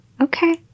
Okay